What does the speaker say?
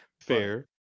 fair